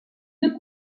nœud